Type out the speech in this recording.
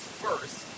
first